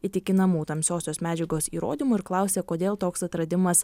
įtikinamų tamsiosios medžiagos įrodymų ir klausė kodėl toks atradimas